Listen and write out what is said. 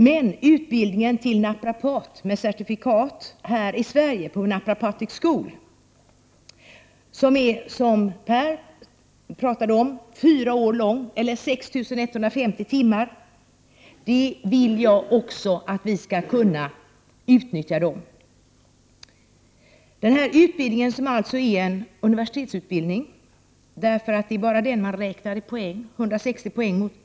Utbildningen här i Sverige till naprapat med certifikat på Naprapatic School omfattar, som Per Stenmarck sade, fyra år eller 6 150 timmar. Även jag vill att vi skall utnyttja denna grupp. Utbildningen som alltså är en universitetsutbildning motsvarar 160 poäng. Det är ju bara universitetsutbildning som ger poäng.